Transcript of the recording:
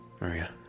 Maria